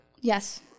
Yes